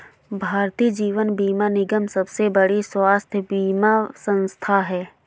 भारतीय जीवन बीमा निगम सबसे बड़ी स्वास्थ्य बीमा संथा है